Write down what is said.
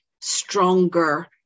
stronger